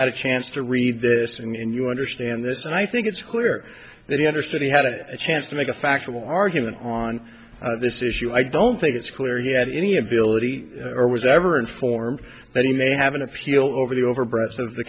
had a chance to read this and you understand this and i think it's clear that he understood he had a chance to make a factual argument on this issue i don't think it's clear he had any ability or was ever informed that he may have an appeal over the over